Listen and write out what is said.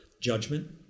judgment